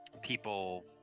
people